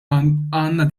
għandna